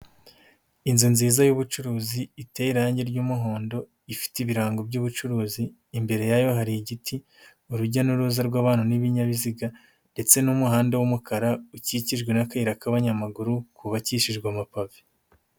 Inzu nziza y'ubucuruzi iteye irangi ry'umuhondo ifite ibirango by'ubucuruzi imbere yayo hari igiti urujya n'uruza rw'abana n'ibinyabiziga ndetse n'umuhanda w'umukara ukikijwe n'akayira k'abanyamaguru kubakishijwe amapave .